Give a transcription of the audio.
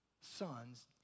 son's